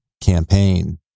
campaign